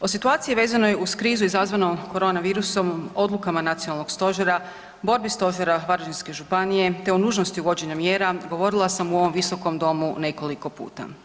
O situaciji vezanoj uz krizu izazvanoj korona virusom odlukama nacionalnog stožera, borbi stožera Varaždinske županije te o nužnosti uvođenja mjera govorila sam u ovom Visokom domu nekoliko puta.